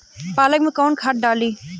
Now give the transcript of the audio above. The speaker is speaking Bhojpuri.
पालक में कौन खाद डाली?